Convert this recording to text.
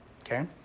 okay